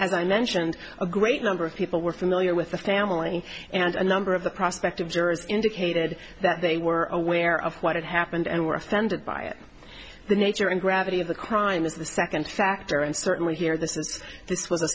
as i mentioned a great number of people were familiar with the family and a number of the prospect of jurors indicated that they were aware of what had happened and were offended by it the nature and gravity of the crime is the second factor and certainly here